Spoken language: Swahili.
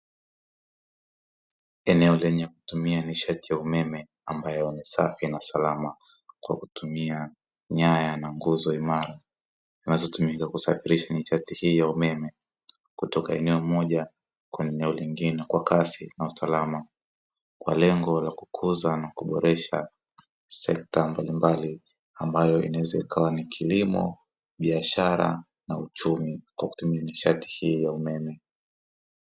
Eneo lenye kutumia nishati ya umeme ambayo ni safi na salama kwa kutumia nyaya na nguzo imara. Vinazotumika kusafirisha nishati hiyo ya umeme kutoka eneo moja kwenda eneo lingine kwa kasi na usalama. Kwa lengo la kukuza na kuboresha sekta mbalimbali ambayo inaweza ikawa ni kilimo, biashara na uchumi kwa kutumia nishati hii ya umeme.